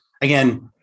again